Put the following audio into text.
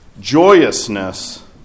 joyousness